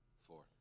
four